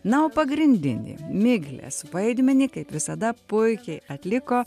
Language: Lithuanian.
na o pagrindinį miglės vaidmenį kaip visada puikiai atliko